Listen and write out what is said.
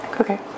Okay